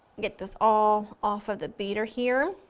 get this all off of the beater here.